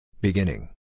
Beginning